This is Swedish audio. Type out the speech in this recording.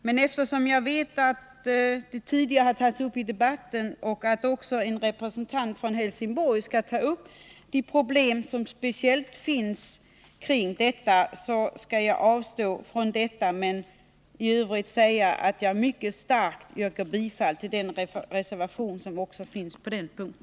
Men då det ämnet tidigare har tagits upp i debatten och då även en ledamot från Helsingborg skall beröra de speciella problem som finns på detta område skall jag avstå. I övrigt vill jag mycket starkt framhålla att jag yrkar bifall också till den reservation som föreligger vid denna punkt.